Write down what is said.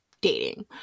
dating